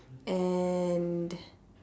and